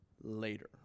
later